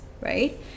right